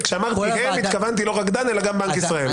כשאמרתי הם, התכוונתי לא רק דן אלא גם בנק ישראל.